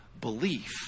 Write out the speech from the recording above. belief